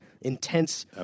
intense